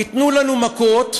ייתנו לנו מכות,